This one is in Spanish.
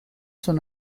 son